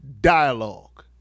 dialogue